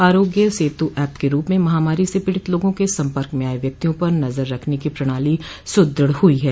आरोग्य सेत् एप के रूप में महामारी से पीडित लोगों के संपर्क में आए व्यक्तियों पर नजर रखने की प्रणाली सुदृढ हुई है